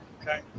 okay